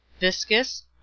Viscous